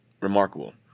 remarkable